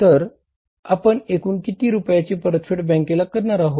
तर आपण एकूण किती रुपयाची परतफेड बँकेला करणार आहोत